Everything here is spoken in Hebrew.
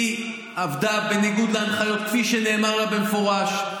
היא עבדה בניגוד להנחיות שנאמרו לה במפורש.